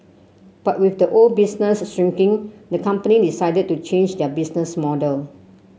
but with the old business shrinking the company decided to change their business model